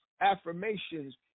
affirmations